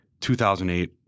2008